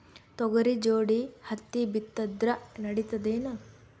ತೊಗರಿ ಜೋಡಿ ಹತ್ತಿ ಬಿತ್ತಿದ್ರ ನಡಿತದೇನು?